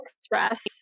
Express